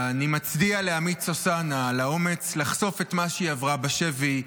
אני מצדיע לעמית סוסנה על האומץ לחשוף את מה שהיא עברה בשבי,